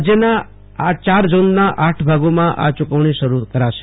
રાજ્યના ચાર ઝોનના આઠ ભાગોમાં આ ચુકવણી શરૂ કરાશે